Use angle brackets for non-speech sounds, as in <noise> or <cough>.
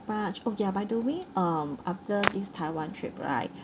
much oh ya by the way um after this taiwan trip right <breath>